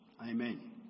Amen